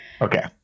Okay